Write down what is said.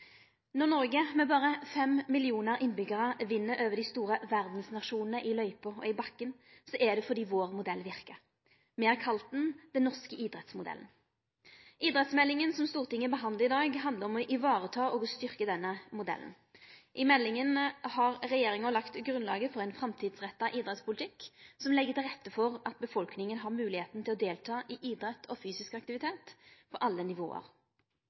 Når Noreg, med berre fem millionar innbyggjarar, vinn over dei store verdsnasjonane i løypa og i bakken, er det fordi vår modell verkar. Me har kalla han den norske idrettsmodellen. Idrettsmeldinga, som Stortinget behandlar i dag, handlar om å vareta og styrke denne modellen. I meldinga har regjeringa lagt grunnlaget for ein framtidsretta idrettspolitikk som legg til rette for at befolkninga har moglegheita til å delta i idrett og fysisk aktivitet på alle